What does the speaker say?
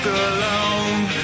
alone